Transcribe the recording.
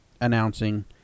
announcing